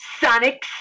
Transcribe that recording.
Sonic